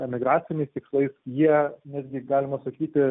emigraciniais tikslais jie netgi galima sakyti